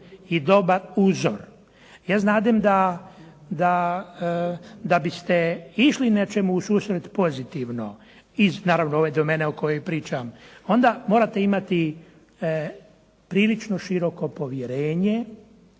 i dobar uzor. Ja znadem da biste išli nečemu u susret pozitivno, iz naravno ove domene o kojoj pričam, onda morate imati prilično široko povjerenje,